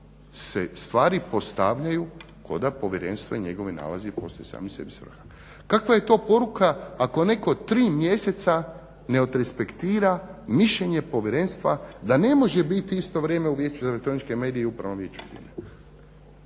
se stvari postavljaju ko da Povjerenstvo i njegovi nalazi postaju sami sebi svrha. Kakva je to poruka ako netko tri mjeseca ne odrespektira mišljenje Povjerenstva da ne može biti u isto vrijeme u Vijeću za elektroničke medije i Upravnom vijeću